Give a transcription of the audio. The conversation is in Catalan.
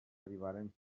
arribaren